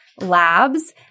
Labs